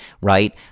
right